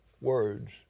words